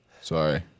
Sorry